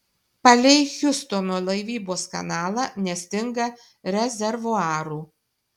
palei hjustono laivybos kanalą nestinga rezervuarų